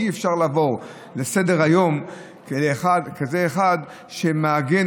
אי-אפשר לעבור לסדר-היום כשכזה אחד מעגן